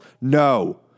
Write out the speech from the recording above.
No